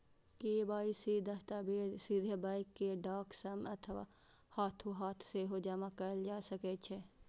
KYC दस्तावेज सीधे bank कें डाक सं अथवा हाथोहाथ सेहो जमा कैल जा सकै छै